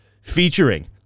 featuring